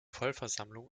vollversammlung